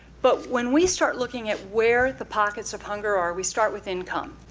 but when we start looking at where the pockets of hunger are, we start with income.